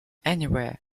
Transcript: anywhere